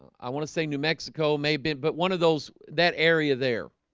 i want to say new mexico may been but one of those that area there